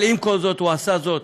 עם כל זאת, הוא עשה זאת